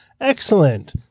Excellent